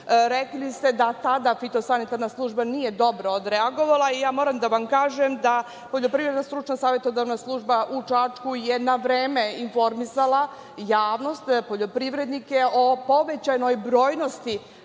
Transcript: Rekli ste da tada fitosanitarna služba nije dobro odreagovala. Ja moram da vam kažem da je poljoprivredna stručna savetodavna služba u Čačku na vreme informisala javnost, poljoprivrednike o povećanoj brojnosti